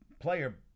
player